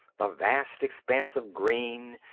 the vast expanse of green,